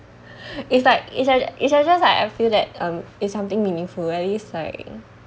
is like is that it's just that I feel that um it's something meaningful at least like